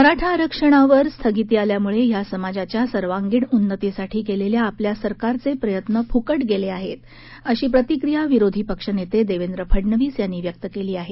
मराठा आरक्षणावर स्थगिती आल्यामुळे या समाजाच्या सर्वांगिण उन्नतीसाठी केलेल्या आपल्या सरकारचे प्रयत्न फुकट गेले आहेत अशी प्रतिक्रिया विरोधी पक्षनेते देवेंद्र फडनवीस यांनी व्यक्त केली आहे